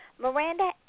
Miranda